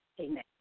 Amen